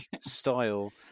style